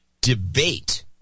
debate